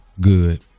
good